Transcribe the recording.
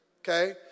Okay